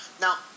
Now